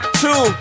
Two